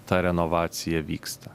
ta renovacija vyksta